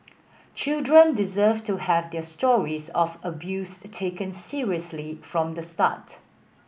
children deserve to have their stories of abuse taken seriously from the start